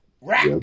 rack